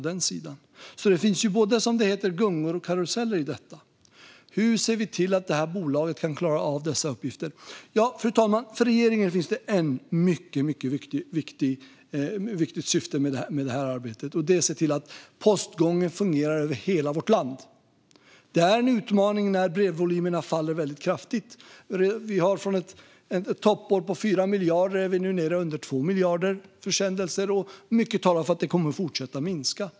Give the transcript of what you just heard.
Det finns alltså, som det heter, både gungor och karuseller i detta. Hur ser vi till att det här bolaget kan klara av dessa uppgifter? Fru talman! För regeringen finns det ett mycket viktigt syfte med det här arbetet, och det är att se till att postgången fungerar i hela vårt land. Det är en utmaning när brevvolymerna faller väldigt kraftigt. Från ett toppår med 4 miljarder försändelser är vi nu nere under 2 miljarder, och mycket talar för att de kommer att fortsätta att minska.